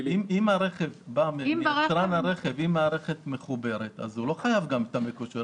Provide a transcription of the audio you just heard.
אם המערכת מחוברת לרכב אז הוא לא חייב גם מערכת מקושרת,